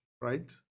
right